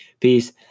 Peace